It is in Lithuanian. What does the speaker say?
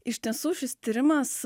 iš tiesų šis tyrimas